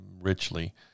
richly